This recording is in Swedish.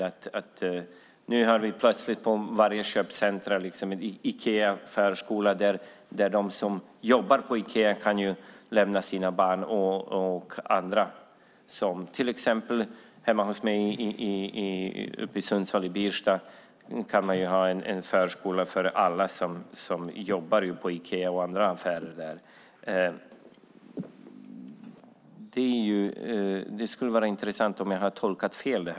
Ska vi på varje köpcentrum ha en Ikea förskola där de som jobbar på Ikea kan lämna sina barn? I Birsta till exempel, utanför Sundsvall, skulle man ha en förskola för alla som jobbar på Ikea och i andra affärer där. Det vore intressant att höra om jag har tolkat det fel.